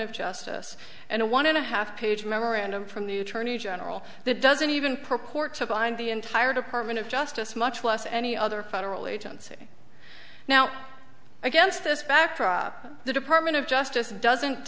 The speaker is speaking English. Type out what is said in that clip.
of justice and a one and a half page memorandum from the attorney general that doesn't even purport to bind the entire department of justice much less any other federal agency now against this backdrop the department of justice doesn't